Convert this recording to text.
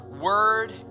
word